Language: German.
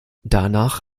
danach